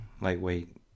lightweight